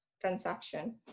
transaction